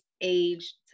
age